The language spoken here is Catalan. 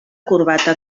corbata